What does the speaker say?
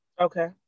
okay